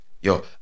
Yo